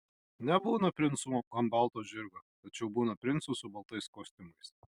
nebūna princų ant balto žirgo tačiau būna princų su baltais kostiumais